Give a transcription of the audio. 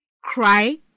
cry